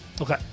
Okay